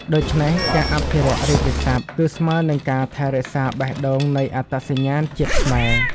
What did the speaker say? ដូច្នេះ ការអភិរក្សរាជសព្ទគឺស្មើនឹងការថែរក្សាបេះដូងនៃអត្តសញ្ញាណជាតិខ្មែរ។